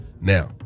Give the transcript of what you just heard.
Now